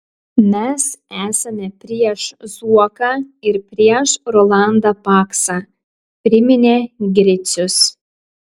mes esame prieš zuoką ir prieš rolandą paksą priminė gricius